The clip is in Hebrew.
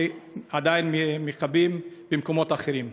ועדיין מכבים במקומות אחרים.